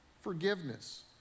forgiveness